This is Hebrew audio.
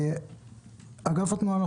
אגף התנועה,